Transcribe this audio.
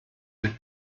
with